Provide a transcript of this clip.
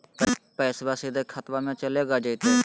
पैसाबा सीधे खतबा मे चलेगा जयते?